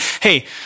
hey